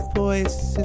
voice